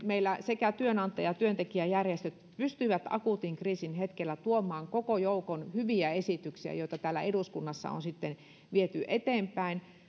meillä sekä työnantaja että työntekijäjärjestöt pystyivät akuutin kriisin hetkellä tuomaan koko joukon hyviä esityksiä joita täällä eduskunnassa on sitten viety eteenpäin